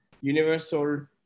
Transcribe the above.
universal